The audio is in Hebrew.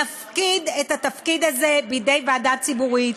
נפקיד את התפקיד הזה בידי ועדה ציבורית,